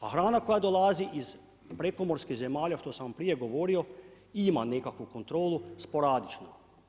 A hrana koja dolazi iz prekomorskih zemalja, što sam vam prije govorio, ima nekakvu kontrolu sporadično.